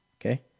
okay